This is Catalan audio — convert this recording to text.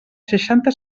seixanta